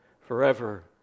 forever